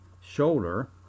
shoulder